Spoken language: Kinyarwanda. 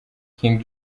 king